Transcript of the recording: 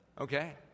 okay